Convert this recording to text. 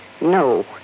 No